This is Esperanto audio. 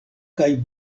kaj